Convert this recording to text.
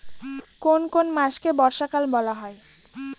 কোন কোন মাসকে বর্ষাকাল বলা হয়?